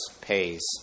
pays